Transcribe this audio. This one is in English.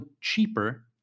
cheaper